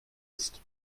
ist